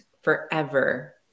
forever